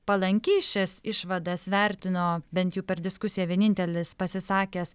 palankiai šias išvadas vertino bent jau per diskusiją vienintelis pasisakęs